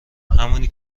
همونی